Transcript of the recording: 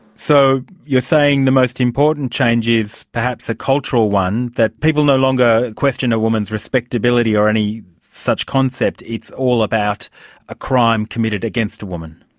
so you're saying the most important change is perhaps a cultural one, that people no longer question a woman's respectability or any such concept, it's all about a crime committed against a woman.